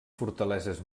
fortaleses